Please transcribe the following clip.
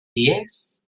dies